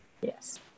Yes